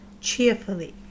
cheerfully